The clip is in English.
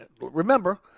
remember